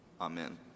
amen